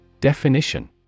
definition